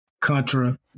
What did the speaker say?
Contra